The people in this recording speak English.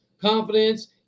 confidence